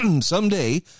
someday